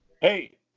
Hey